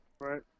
right